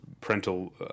parental